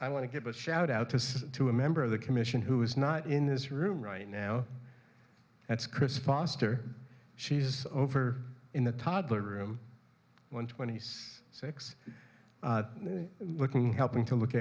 i want to give a shout out as to a member of the commission who is not in this room right now that's chris foster she's over in the toddler room when twenty's six looking helping to look